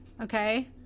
okay